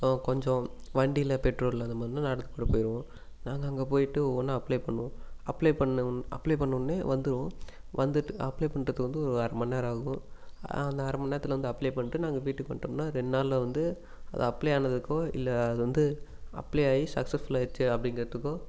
கொஞ்சம் வண்டியில பெட்ரோல் இல்லாத மாதிரி இருந்ததுனா நடந்து கூட போயிருவோம் நாங்க அங்கே போய்ட்டு ஒவ்வொன்றா அப்லே பண்ணுவோம் அப்லே பண்ண அப்லே பண்ணுண உடனே வந்துரும் வந்துட்டு அப்லே பண்ணுறதுக்கு வந்து ஒரு அரைமணி நேரம் ஆகும் அந்த அரைமணி நேரத்தில் வந்து அப்லே பண்ணிட்டு நாங்கள் வீட்டுக்கு வந்துட்டோம்னால் ரெண்டு நாள்ல வந்து அது அப்லே ஆனதுக்கோ இல்லை அது வந்து அப்லே ஆகி சக்ஸஸ்ஃபுல் ஆயிடுச்சு அப்படிங்கிறதுக்கும்